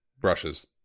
brushes